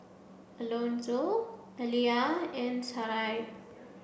Alonzo Alyvia and Sarai